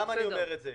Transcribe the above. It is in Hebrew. למה אני אומר את זה?